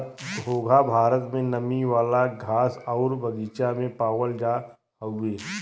घोंघा भारत में नमी वाला घास आउर बगीचा में पावल जात हउवे